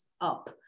up